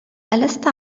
ألست